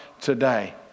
today